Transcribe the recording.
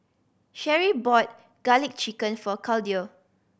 Sherri bought Garlic Chicken for Claudio